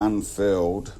unfurled